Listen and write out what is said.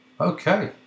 okay